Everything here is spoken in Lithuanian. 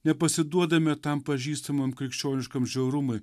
nepasiduodame tam pažįstamam krikščioniškam žiaurumui